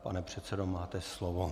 Pane předsedo, máte slovo.